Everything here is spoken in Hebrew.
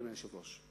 אדוני היושב-ראש.